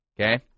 Okay